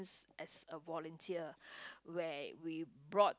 as a volunteer where we brought